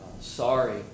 sorry